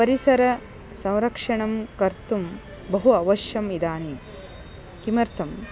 परिसरसंरक्षणं कर्तुं बहु अवश्यकम् इदानीं किमर्थम्